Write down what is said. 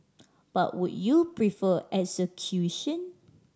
but would you prefer execution